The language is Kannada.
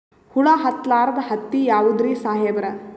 ಹುಳ ಹತ್ತಲಾರ್ದ ಹತ್ತಿ ಯಾವುದ್ರಿ ಸಾಹೇಬರ?